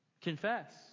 confess